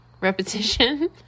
Repetition